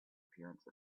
appearance